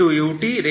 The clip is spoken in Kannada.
uxxdxTuxut|0 T0ux